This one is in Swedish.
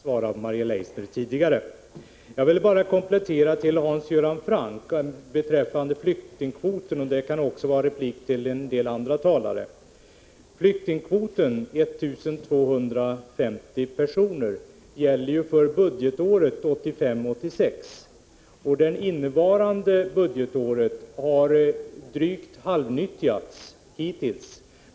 Fru talman! Jag är tacksam för Nils Carlshamres fina komplettering till mitt försök att besvara Maria Leissners frågor. Jag skall bara ge Hans Göran Franck en replik på det han sade om flyktingkvoten, och det kan också vara en replik till andra talare. har denna kvot utnyttjats till hälften.